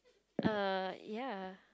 err ya